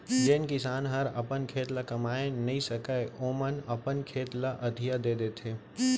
जेन किसान हर अपन खेत ल कमाए नइ सकय ओमन अपन खेत ल अधिया दे देथे